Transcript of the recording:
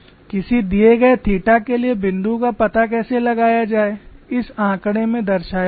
किसी दिए गए थीटा के लिए बिंदु का पता कैसे लगाया जाए इस आंकड़े में दर्शाया गया है